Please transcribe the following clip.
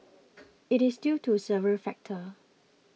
it is due to several factors